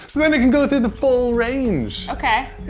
so then it can go through the full range. okay,